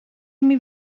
imi